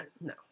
No